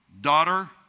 daughter